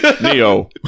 Neo